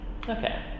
okay